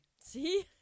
See